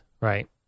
right